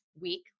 week